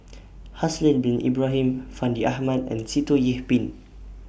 Haslir Bin Ibrahim Fandi Ahmad and Sitoh Yih Pin